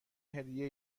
هدیه